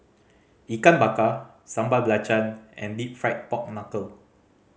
Ikan Bakar Sambal Belacan and Deep Fried Pork Knuckle